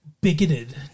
bigoted